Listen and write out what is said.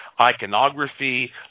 iconography